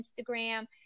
Instagram